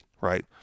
Right